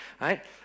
Right